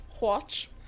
watch